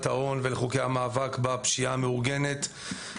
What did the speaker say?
ההון ולחוקי המאבק בפשיעה המאורגנת.